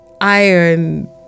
iron